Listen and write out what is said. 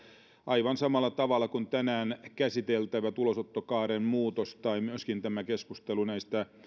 aivan samalla tavalla kuin tänään käsiteltävät ulosottokaaren muutos tai keskustelu